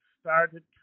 started